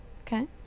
Okay